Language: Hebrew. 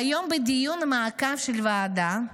והיום בדיון מעקב של הוועדה,